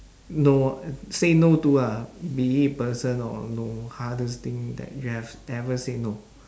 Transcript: no say no to ah be it person or no hardest thing that you have ever said no